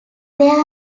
there